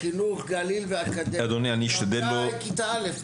אדוני יושב הראש,